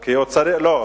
לא,